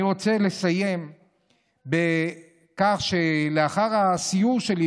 אני רוצה לסיים בכך שלאחר הסיור שלי,